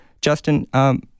Justin